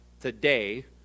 Today